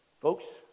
Folks